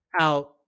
out